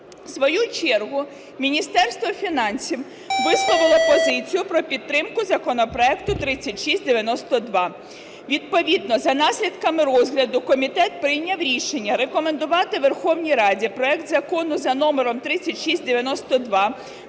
В свою чергу Міністерство фінансів висловило позицію про підтримку законопроекту 3692. Відповідно за наслідками розгляду комітет прийняв рішення рекомендувати Верховній Раді проект Закону за номером 3692